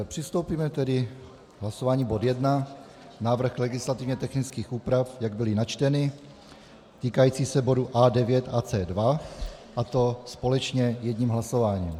Přistoupíme tedy k hlasování, bod 1 návrh legislativně technických úprav, jak byly načteny, týkající se bodu A9 a C2, a to společně jedním hlasováním.